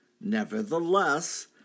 Nevertheless